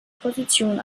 position